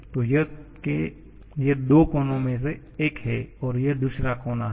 तो यह दो कोनों में से एक है और यह दूसरा कोना है